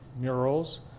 murals